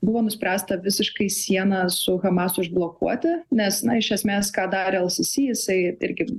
buvo nuspręsta visiškai sieną su hamas užblokuoti nes na iš esmės ką darė al sisi jisai irgi